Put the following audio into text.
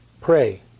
Pray